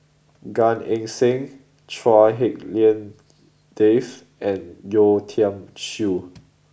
Gan Eng Seng Chua Hak Lien Dave and Yeo Tiam Siew